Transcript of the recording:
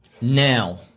Now